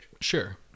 sure